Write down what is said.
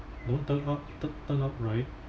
don't turn o~ tur~ turn out right